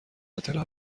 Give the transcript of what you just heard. اطلاع